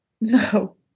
No